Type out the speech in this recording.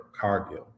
Cargill